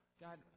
God